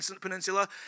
Peninsula